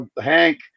hank